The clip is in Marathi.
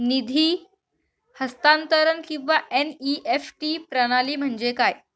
निधी हस्तांतरण किंवा एन.ई.एफ.टी प्रणाली म्हणजे काय?